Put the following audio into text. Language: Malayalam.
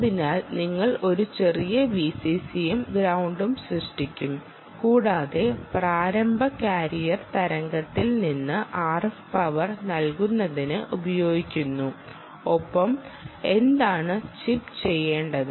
അതിനാൽ നിങ്ങൾ ഒരു ചെറിയ Vcc യും ഗ്രൌണ്ടും സൃഷ്ടിക്കും കൂടാതെ പ്രാരംഭ കാരിയർ തരംഗത്തിൽ നിന്ന് RF പവർ നൽകുന്നതിന് ഉപയോഗിക്കുന്നു ഒപ്പം എന്താണ്ചിപ്പ്ചെയ്യേണ്ടത്